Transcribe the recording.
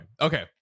okay